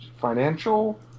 financial